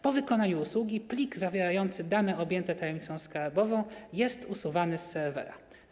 Po wykonaniu usługi plik zawierający dane objęte tajemnicą skarbową jest usuwany z serwera.